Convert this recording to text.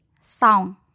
Song